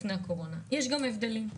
גם הבדלים,